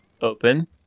Open